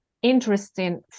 interesting